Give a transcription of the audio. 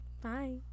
bye